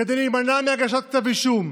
כדי להימנע מהגשת כתב אישום,